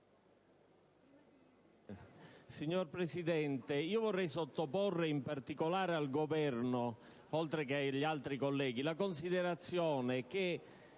Signora Presidente, vorrei sottoporre in particolare al Governo, oltre che ai colleghi, la considerazione che